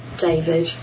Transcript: David